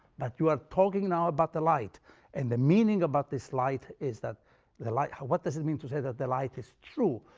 but you are talking now about the light and the meaning about this light is that the light what does it mean to say that the light is true?